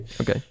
okay